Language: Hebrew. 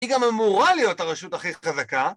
היא גם אמורה להיות הרשות הכי חזקה